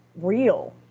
real